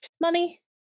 money